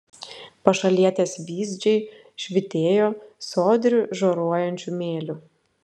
pašalietės vyzdžiai švytėjo sodriu žioruojančiu mėliu